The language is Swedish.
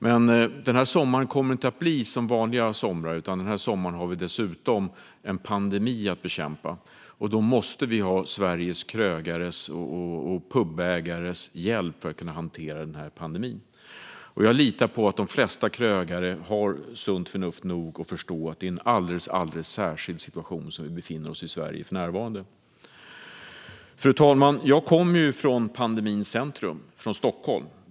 Men denna sommar kommer inte att bli som vanliga somrar. Den här sommaren har vi en pandemi att bekämpa. Vi måste ha Sveriges krögares och pubägares hjälp för att kunna hantera pandemin. Jag litar på att de flesta krögare har förnuft nog att förstå att det är en alldeles särskild situation som vi i Sverige befinner oss i för närvarande. Fru talman! Jag kommer från pandemins centrum: Stockholm.